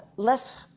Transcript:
less